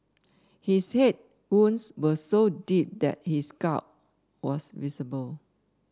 his head wounds were so deep that his skull was visible